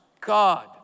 God